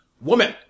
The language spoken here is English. woman